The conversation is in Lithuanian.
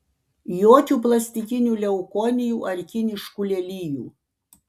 jokių plastikinių leukonijų ar kiniškų lelijų